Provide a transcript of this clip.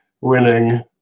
winning